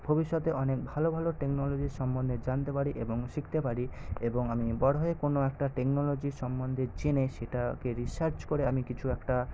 ভবিষ্যতে অনেক ভালো ভালো টেকনোলজি সম্বন্ধে জানতে পারি এবং শিখতে পারি এবং আমি বড়ো হয়ে কোন একটা টেকনোলজির সম্বন্ধে জেনে সেটাকে রিসার্চ করে আমি কিছু একটা